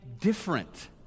different